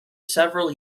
several